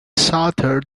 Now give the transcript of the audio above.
sutter